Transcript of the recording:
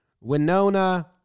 winona